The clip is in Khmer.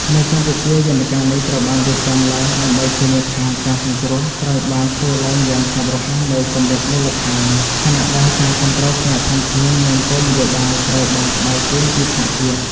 នៅកម្ពុជា យន្តការនេះត្រូវបានរៀបចំឡើងដើម្បីធានាថា ការសង្គ្រោះត្រូវបានធ្វើឡើងយ៉ាងឆាប់រហ័សនៅកម្រិតមូលដ្ឋាន ខណៈដែលការគាំទ្រផ្នែកធនធាន និងគោលនយោបាយត្រូវបានផ្ដល់ជូនពីថ្នាក់ជាតិ។